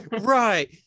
Right